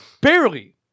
Barely